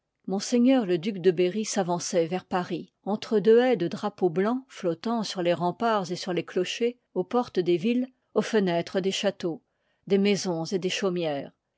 m le duc de berry s'avançoit vers paris entre deux haieà de drapeaux blancs flottant sur les remparts et sur les clochers aux portes des villes aux fenêtres des châteaux des maisons et des chaumières